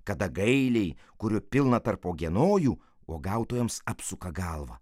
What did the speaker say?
kada gailiai kurių pilna tarp uogienojų uogautojams apsuka galvą